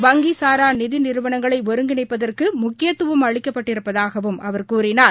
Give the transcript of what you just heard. வங்கிசாராநிதிநிறுவனங்களைஒருங்கிணைப்பதற்குமுக்கியத்துவம் அளிக்கப்பட்டிருப்பதாகவம் அவர் கூறினார்